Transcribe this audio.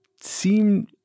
seem